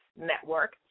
Network